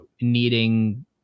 needing